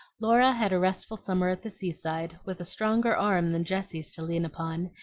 laura had a restful summer at the seaside, with a stronger arm than jessie's to lean upon,